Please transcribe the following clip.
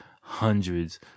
hundreds